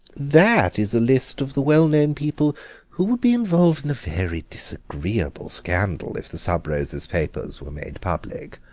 that is a list of the well-known people who would be involved in a very disagreeable scandal if the sub-rosa's papers were made public.